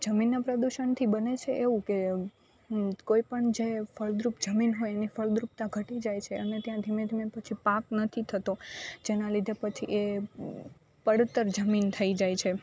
જમીનના પ્રદૂષણથી બને છે એવું કે કોઈ પણ જે ફળદ્રુપ જમીન હોય એની ફળદ્રુપતા ઘટી જાય છે અને ત્યાં ધીમે ધીમે પછી પાક નથી થતો જેના લીધે પછી એ પડતર જમીન થઈ જાય છે